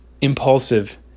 Impulsive